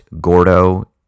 Gordo